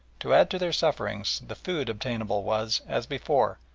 to add to their sufferings the food obtainable was, as before,